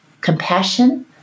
compassion